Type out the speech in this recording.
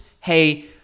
hey